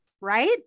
right